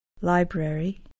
Library